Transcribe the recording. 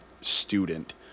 student